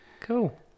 Cool